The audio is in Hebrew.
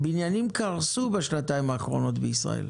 בניינים קרסו בשנתיים האחרונות בישראל.